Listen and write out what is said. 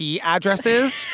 addresses